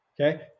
Okay